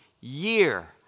year